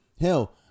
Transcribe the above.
Hell